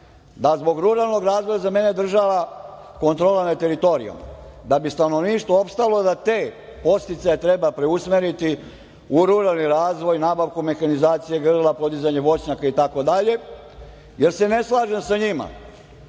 da zbog ruralnog razvoja za mene država kontrola nad teritorijama. Da bi stanovništvo opstalo, te podsticaje treba usmeriti u ruralni razvoj, nabavku mehanizacije, grla, podizanje voćnjaka itd. jer se ne slažem sa njima,